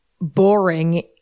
boring